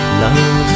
love